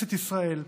לכנסת ישראל,